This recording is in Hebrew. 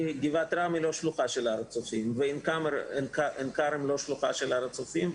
גבעת רם היא לא שלוחה של הר הצופים ועין כרם לא שלוחה של הר הצופים.